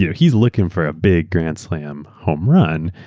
yeah he's looking for a big grand slam home run.